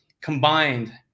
combined